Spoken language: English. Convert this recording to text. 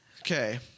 okay